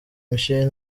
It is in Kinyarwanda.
michel